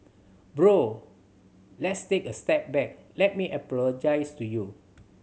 bro let's take a step back let me apologize to you